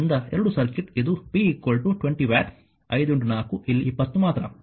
ಆದ್ದರಿಂದ ಎರಡೂ ಸರ್ಕ್ಯೂಟ್ ಇದು p 20 ವ್ಯಾಟ್ 5 4 ಇಲ್ಲಿ 20 ಮಾತ್ರ